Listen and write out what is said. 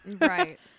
Right